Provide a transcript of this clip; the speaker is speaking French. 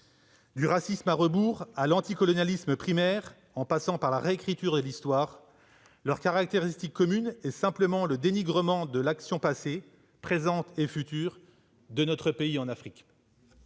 Du racisme à rebours à l'anticolonialisme primaire, en passant par la réécriture de l'Histoire, leur caractéristique commune est le dénigrement de l'action passée, présente et future de notre pays en Afrique.